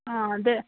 ಹಾಂ ಅದೇ